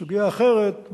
סוגיה אחרת,